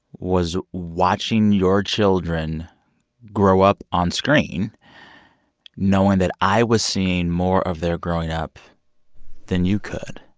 was watching your children grow up on-screen knowing that i was seeing more of their growing up than you could.